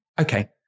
okay